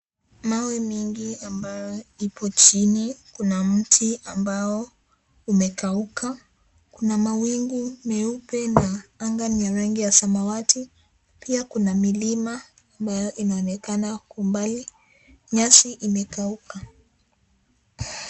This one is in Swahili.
Mawe mingi ambayo ipo chini, kuna mti ambao umekauka, kuna mawingu meupe na anga ni ya rangi ya samawati. Pia kuna milima ambayo inaonekana kwa umbali, nyasi imekauka.